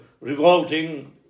revolting